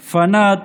פנאט,